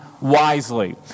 wisely